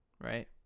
right